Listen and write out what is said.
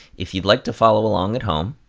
if you'd like to follow along at home,